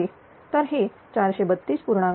तर हे 432